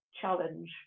challenge